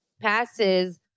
passes